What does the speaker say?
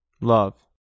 love